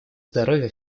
здоровья